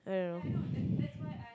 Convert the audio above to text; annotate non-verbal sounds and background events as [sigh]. I don't know [breath]